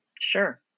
Sure